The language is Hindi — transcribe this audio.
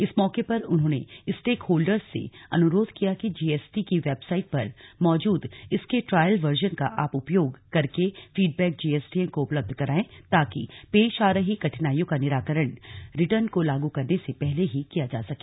इस मौके पर उन्होंने स्टेक होल्डर्स से अनुरोध किया कि जीएसटी की वेबसाइट पर मौजूद इसके ट्रायल वर्जन का आप उपयोग करें तथा करके फीडबैक जीएसटीएन को उपलब्ध कराए ताकि पेश आ रही कठिनाइयों का निराकरण रिटर्न को लागू करने से पहले ही किया जा सके